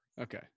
Okay